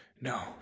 no